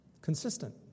consistent